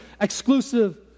exclusive